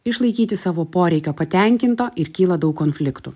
išlaikyti savo poreikio patenkinto ir kyla daug konfliktų